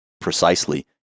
precisely